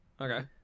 Okay